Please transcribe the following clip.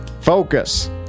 Focus